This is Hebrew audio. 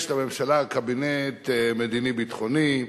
יש לממשלה קבינט מדיני-ביטחוני.